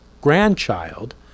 grandchild